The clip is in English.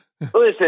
listen